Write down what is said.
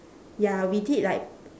ya we did like